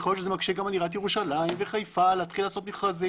יכול להיות שזה מקשה גם על עיריית ירושלים וחיפה להתחיל לעשות מכרזים.